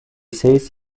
says